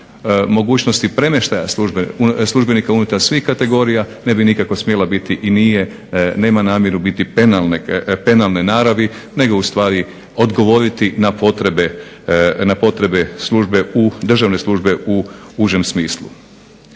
mogućnosti premještaja službenika unutar svih kategorija ne bi nikako smjela biti i nije, nema namjeru biti penalne naravi nego ustvari odgovoriti na potrebe državne službe u užem smislu.